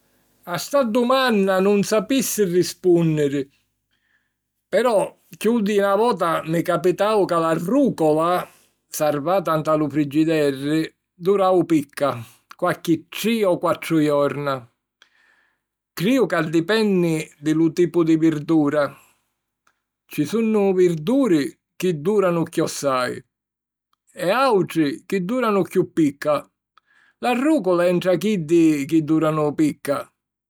A sta dumanna nun sapissi rispùnniri. Però chiù di na vota mi capitau ca la rùcola sarvata nta lu frigiderri durau picca, qualchi tri o quattru jorna. Criju ca dipenni di lu tipu di virdura: ci sunnu virduri chi dùranu chiossai e àutri chi dùranu chiù picca. La rùcola è ntra chiddi chi dùranu picca.